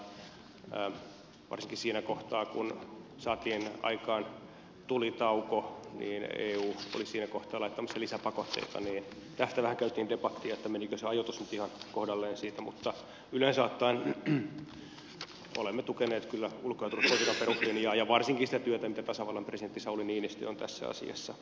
varsinkin siinä kohtaa kun saatiin aikaan tulitauko ja eu oli siinä kohtaa laittamassa lisäpakotteita tästä vähän käytiin debattia että menikö se ajoitus nyt ihan kohdalleen siinä mutta yleensä ottaen olemme tukeneet kyllä ulko ja turvallisuuspolitiikan peruslinjaa ja varsinkin sitä työtä mitä tasavallan presidentti sauli niinistö on tässä asiassa tehnyt